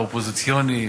תברך את ראש האופוזיציה.